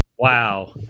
Wow